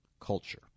culture